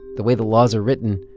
the way the laws are written,